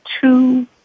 two